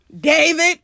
David